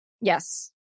Yes